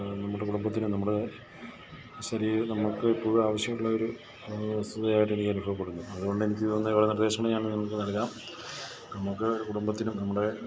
നമ്മുടെ കുടുംബത്തിനും നമ്മുടെ ശരീരം നമുക്ക് എപ്പോഴും ആവശ്യമുള്ള ഒരു വസ്തുവായിട്ട് എനിക്കനുഭവപ്പെടുന്നു അതുകൊണ്ടെനിക്ക് തോന്നുന്ന ഏതാനും നിർദ്ദേശങ്ങൾ ഞാൻ നിങ്ങൾക്ക് നൽകാം നമുക്ക് കുടുംബത്തിനും നമ്മുടെ